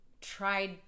tried